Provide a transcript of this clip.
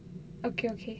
okay okay